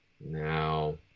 Now